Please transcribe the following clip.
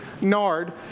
nard